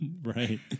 Right